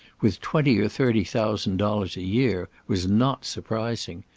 with twenty or thirty thousand dollars a year, was not surprising.